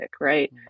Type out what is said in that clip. right